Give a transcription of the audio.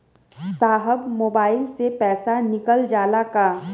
साहब मोबाइल से पैसा निकल जाला का?